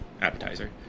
appetizer